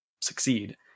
succeed